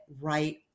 right